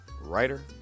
writer